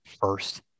first